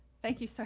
thank you. so